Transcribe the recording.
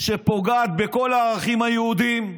שפוגעת בכל הערכים היהודים,